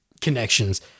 connections